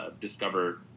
Discover